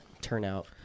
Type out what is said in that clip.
turnout